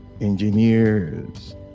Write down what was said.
engineers